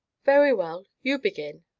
very well, you begin.